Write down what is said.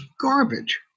garbage